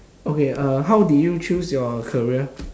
okay uh how did you choose your career